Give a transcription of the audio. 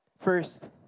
First